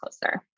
closer